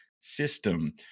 system